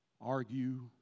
Argue